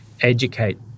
educate